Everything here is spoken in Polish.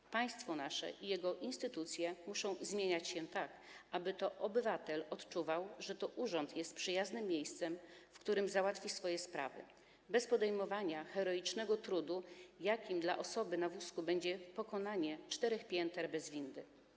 Nasze państwo i jego instytucje muszą zmieniać się tak, aby obywatel odczuwał, że urząd jest przyjaznym miejscem, w którym załatwi on swoje sprawy bez podejmowania heroicznego trudu, jakim dla osoby na wózku będzie pokonanie czterech pięter bez windy.